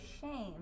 shame